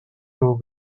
дуу